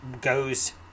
goes